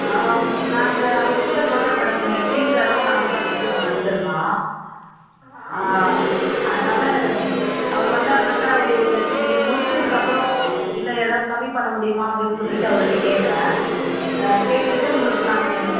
நாங்கள் அவரிடம் சொல்கிறேன் மேடம் எங்கள் வீட்டுக்காரரும் நானும் தான் தைக்கிறோம் ரெண்டுபேரும் தான் அதனால் அவர் வந்தாருனாக்கா நீங்கள் முடிச்சிட்டுக்கப்பறோம் இல்லை எதாவது கம்மி பண்ண முடியுமா அப்படினு சொல்லிவிட்டு அவர்ட்ட கேட்குறன் கேட்டுவிட்டு உங்களுக்கு நான்